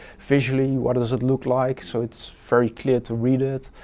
visually, what does it look like so it's very clear to read it,